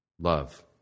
love